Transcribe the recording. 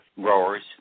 growers